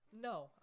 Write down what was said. No